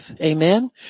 Amen